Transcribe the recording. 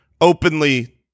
openly